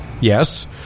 Yes